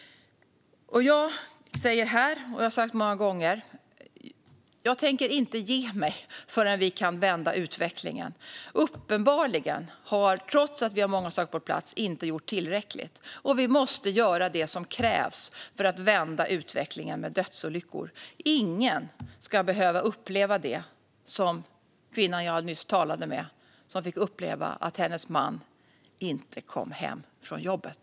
Jag har sagt många gånger, och jag säger även här, att jag inte tänker ge mig förrän vi kan vända utvecklingen. Uppenbarligen har, trots att många saker finns på plats, inte tillräckligt gjorts. Vi måste göra det som krävs för att vända utvecklingen med dödsolyckor. Ingen ska behöva uppleva det som kvinnan jag nyss talade med upplevde, nämligen att hennes man inte kom hem från jobbet.